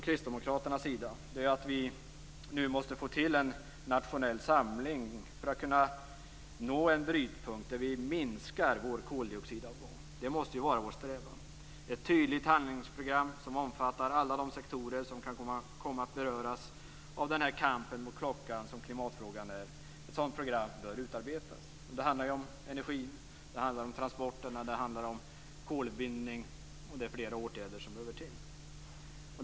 Kristdemokraternas uppfattning är att vi nu måste få till en nationell samling för att kunna nå en brytpunkt där vi minskar vår koldioxidavgång. Det måste ju vara vår strävan. Ett tydligt handlingsprogram bör utarbetas som omfattar alla de sektorer som kan komma att beröras av den kamp mot klockan som klimatfrågan utgör. Det handlar om energi, transporter och kolbindning. Det är flera åtgärder som behöver komma till.